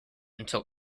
until